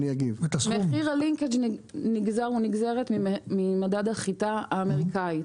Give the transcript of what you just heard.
מחיר הלינקג' נגזר ממדד החיטה האמריקאית,